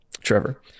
Trevor